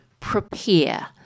Prepare